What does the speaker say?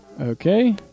Okay